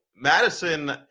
Madison